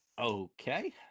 okay